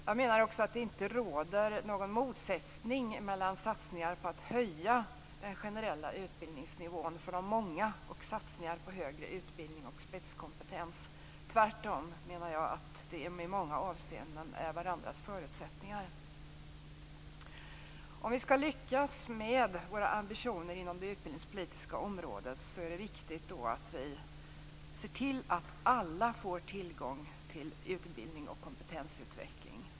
Jag menar också att det inte råder några motsättningar mellan satsningar på att höja den generella utbildningsnivån för de många och satsningar på högre utbildning och spetskompetens. Tvärtom är de i många avseenden varandras förutsättningar. Om vi skall lyckas med våra ambitioner inom det utbildningspolitiska området är det viktigt att vi ser till att alla får tillgång till utbildning och kompetensutveckling.